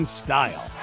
style